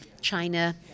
China